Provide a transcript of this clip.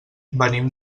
venim